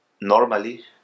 Normally